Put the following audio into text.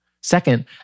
Second